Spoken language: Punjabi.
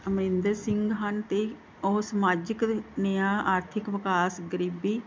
ਅਮਰਿੰਦਰ ਸਿੰਘ ਹਨ ਅਤੇ ਉਹ ਸਮਾਜਿਕ ਨਿਆਂ ਆਰਥਿਕ ਵਿਕਾਸ ਗਰੀਬੀ